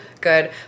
good